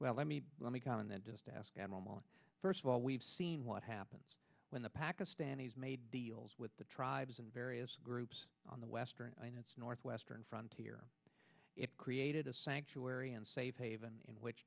well let me let me come in then just ask first of all we've seen what happens when the pakistanis made deals with the tribes and various groups on the western northwestern frontier it created a sanctuary and safe haven in which